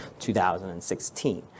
2016